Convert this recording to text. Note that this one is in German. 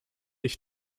ich